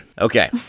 Okay